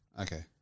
Okay